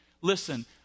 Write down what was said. Listen